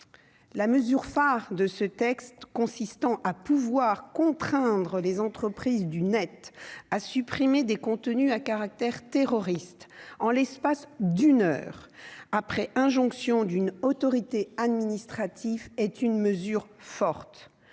la mesure phare de ce texte, consistant à pouvoir contraindre les entreprises du Net à supprimer des contenus à caractère terroriste, en l'espace d'une heure après injonction d'une autorité administrative est une mesure forte